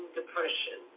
depression